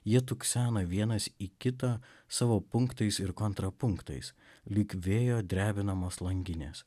jie tuksena vienas į kitą savo punktais ir kontrapunktais lyg vėjo drebinamos langinės